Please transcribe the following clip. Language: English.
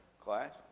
class